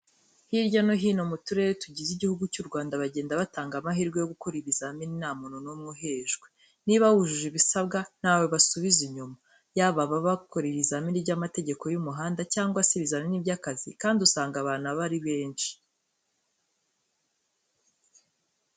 Hirya no hino mu turere tugize Igihugu cy'u Rwanda bagenda batanga amahirwe yo gukora ibizamini nta muntu n'umwe uhejwe. Niba wujuje ibisabwa ntawe basubiza inyuma. Yaba ababa bakora ikizamini cy'amategeko y'umuhanda cyangwa se ibizamini by'akazi kandi usanga abantu aba ari benshi.